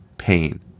pain